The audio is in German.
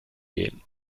gehen